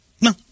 No